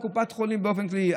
קופות החולים באופן כללי,